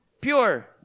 pure